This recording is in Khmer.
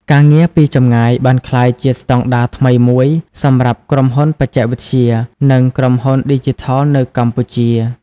ការងារពីចម្ងាយបានក្លាយជាស្តង់ដារថ្មីមួយសម្រាប់ក្រុមហ៊ុនបច្ចេកវិទ្យា និងក្រុមហ៊ុនឌីជីថលនៅកម្ពុជា។